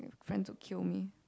friends will kill me